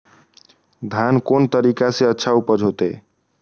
धान कोन तरीका से अच्छा उपज होते?